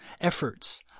efforts